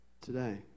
today